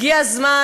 הגיע הזמן,